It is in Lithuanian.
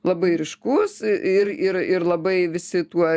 labai ryškus ir ir ir labai visi tuo